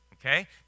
Okay